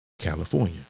California